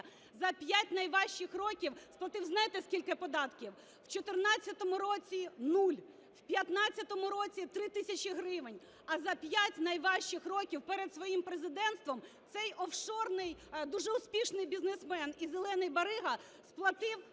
за п'ять найважчих років сплатив, знаєте, скільки податків? В 2014 році – 0, в 2015 році – 3 тисячі гривень, а за п'ять найважчих років перед своїм президентством цей офшорний дуже успішний бізнесмен і "зелений барига" сплатив